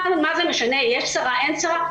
מה זה משנה, יש שרה, אין שרה?